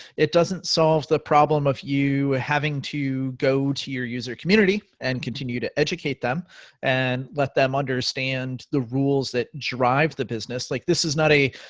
it doesn't solve the problem of you having to go to your user community and continue to educate them and let them understand the rules that drive the business. like this is not a